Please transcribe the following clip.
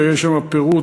ויש שם פירוט,